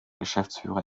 geschäftsführer